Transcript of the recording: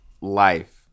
life